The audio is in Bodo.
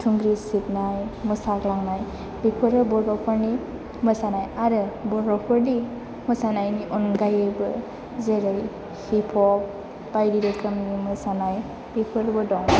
थुंग्रि सिबनाय मोसाग्लांनाय बेफोरो बर'फोरनि मोसानाय आरो बर'फोरनि मोसानायनि अनगायैबो जेरै हिपप बायदि रोखोमनि मोसानाय बेफोरबो दं